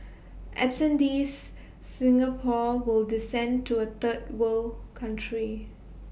absent these Singapore will descend to A third world country